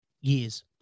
years